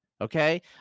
Okay